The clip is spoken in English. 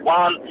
one